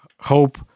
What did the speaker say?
hope